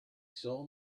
saw